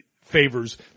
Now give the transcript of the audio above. favors